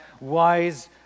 wise